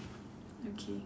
okay